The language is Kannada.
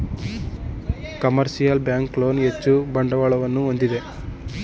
ಕಮರ್ಷಿಯಲ್ ಬ್ಯಾಂಕ್ ಲೋನ್ ಹೆಚ್ಚು ಬಂಡವಾಳವನ್ನು ಹೊಂದಿದೆ